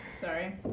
Sorry